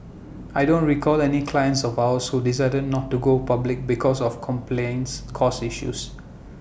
I don't recall any clients of ours who decided not to go public because of compliance costs issues